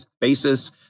basis